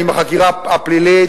אם החקירה פלילית,